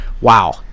wow